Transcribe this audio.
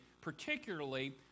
particularly